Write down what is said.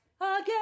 Again